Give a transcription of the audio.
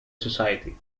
society